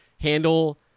handle